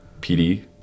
pd